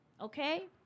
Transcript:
okay